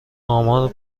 آمار